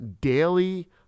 daily